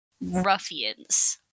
ruffians